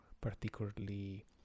particularly